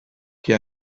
que